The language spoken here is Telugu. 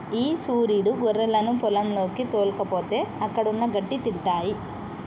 ఈ సురీడు గొర్రెలను పొలంలోకి తోల్కపోతే అక్కడున్న గడ్డి తింటాయి